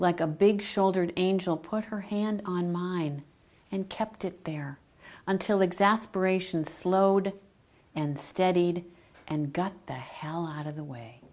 like a big shouldered angel put her hand on mine and kept it there until exasperated and slowed and steadied and got the hell out of the way